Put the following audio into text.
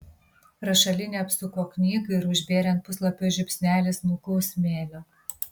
rašalinė apsuko knygą ir užbėrė ant puslapio žiupsnelį smulkaus smėlio